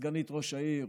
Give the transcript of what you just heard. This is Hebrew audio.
וסגנית ראש העיר